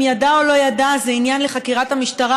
אם ידע או לא ידע זה עניין לחקירת המשטרה,